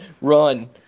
Run